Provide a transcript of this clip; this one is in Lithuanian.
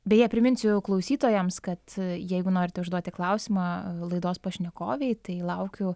beje priminsiu klausytojams kad jeigu norite užduoti klausimą laidos pašnekovei tai laukiu